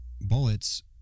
bullets